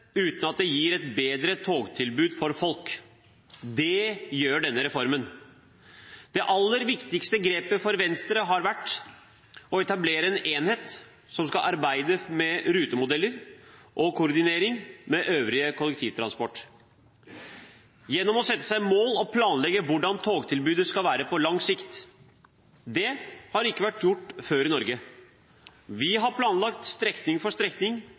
uten at den gir et bedre togtilbud for folk. Det gjør denne reformen. Det aller viktigste grepet for Venstre har vært å etablere en enhet som skal arbeide med rutemodeller og koordinering med øvrig kollektivtransport, gjennom å sette seg mål og planlegge hvordan togtilbudet skal være på lang sikt. Det har ikke vært gjort før i Norge. Vi har planlagt strekning for strekning,